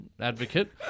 advocate